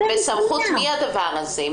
בסמכות מי הדבר הזה?